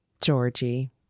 Georgie